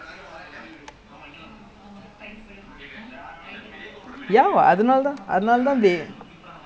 is you sure meh you think they got time to put different size ஒவ்வரு ஆளுக்கும்:ovvaru aalukkum